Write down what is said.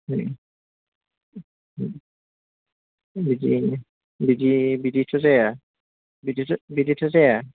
बिदियैनो बिदि बिदिथ' जाया बिदि बिदिथ' जाया